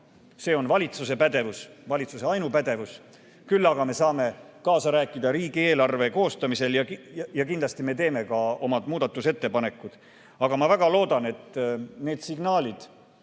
See on valitsuse pädevus, valitsuse ainupädevus. Küll aga me saame kaasa rääkida riigieelarve koostamisel. Kindlasti me teeme ka oma muudatusettepanekud. Aga ma väga loodan, et need signaalid